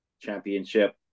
championship